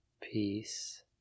Peace